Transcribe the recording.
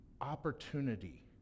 opportunity